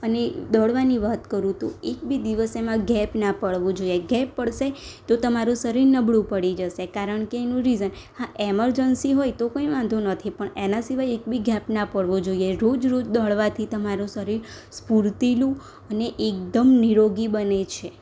અને દોડવાની વાત કરું તો એક બી દિવસ એમાં ગેપ ના પડવું જોઈએ ગેપ પડશે તો તમારું શરીર નબળું પડી જશે કારણ કે એનું રિઝન હા એમરજન્સી હોય તો કંઈ વાંધો નથી પણ એના સિવાય એક બી ગેપ ના પડવો જોઈએ રોજ રોજ દોડવાથી તમારું શરીર સ્ફૂર્તિલું અને એકદમ નિરોગી બને છે